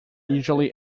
usually